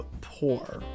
poor